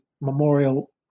memorial